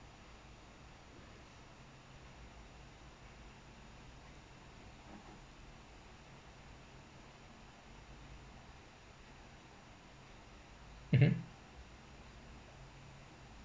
mmhmm